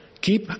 Keep